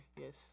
Yes